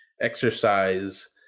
exercise